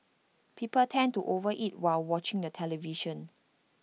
people tend to over eat while watching the television